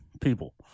people